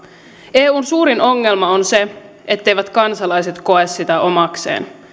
eun suurin ongelma on se etteivät kansalaiset koe sitä omakseen